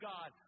God